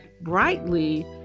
brightly